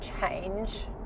change